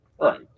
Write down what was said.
Right